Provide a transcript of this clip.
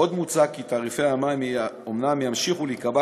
עוד מוצע כי תעריפי המים אומנם ימשיכו להיקבע